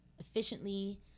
efficiently